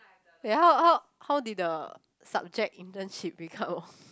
ya how how how did the subject internship become of